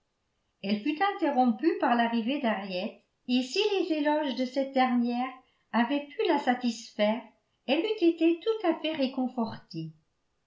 elle fut interrompue par l'arrivée d'henriette et si les éloges de cette dernière avaient pu la satisfaire elle eût été tout à fait réconfortée